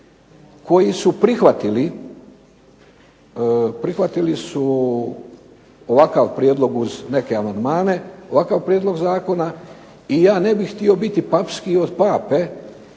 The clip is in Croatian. koji su prihvatili ovakav prijedlog uz neke amandmane, ovakav prijedlog zakona i ja ne bih htio biti papskiji od pape